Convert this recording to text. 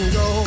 go